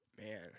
Man